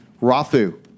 Rathu